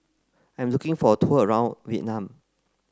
I'm looking for a tour around Vietnam